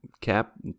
cap